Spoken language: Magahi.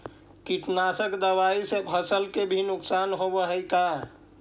कीटनाशक दबाइ से फसल के भी नुकसान होब हई का?